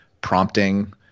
prompting